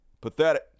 Pathetic